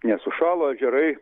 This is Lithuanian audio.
nes užšalo ežerai